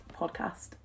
podcast